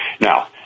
Now